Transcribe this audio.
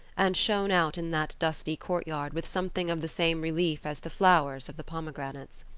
and shone out in that dusty courtyard with something of the same relief as the flowers of the pomegranates.